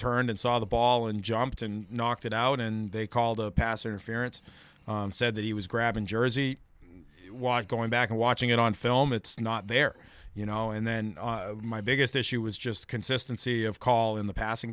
turned and saw the ball and jumped and knocked it out and they called a passer ference said that he was grabbing jersey hwat going back and watching it on film it's not there you know and then my biggest issue was just consistency of call in the pas